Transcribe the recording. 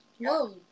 whoa